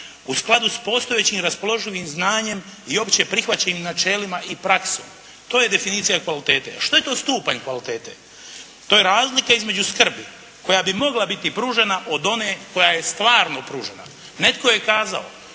u skladu s postojećim raspoloživim znanjem i opće prihvaćenim načelima i praksom. To je definicija kvalitete. Što je to stupanj kvalitete? To je razlika između skrbi koja bi mogla biti pružena od one koja je stvarno pružena. Netko je kazao: